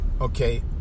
Okay